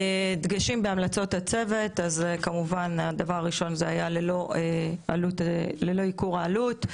דגשים בהמלצות הצוות: כמובן שהדבר הראשון זה היה ללא ייקור העלות,